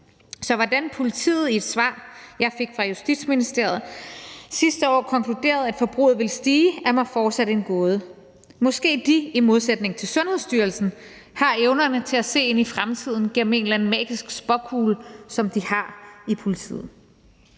Så hvordan politiet i et svar, jeg fik fra Justitsministeriet sidste år, kunne konkludere, at forbruget ville stige, er mig fortsat en gåde. Måske de i modsætning til Sundhedsstyrelsen har evnerne til at se ind i fremtiden gennem en eller anden magisk spåkugle, som de har i politiet.